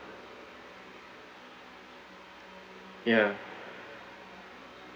ya